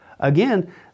Again